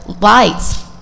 lights